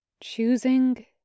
choosing